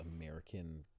american